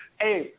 Hey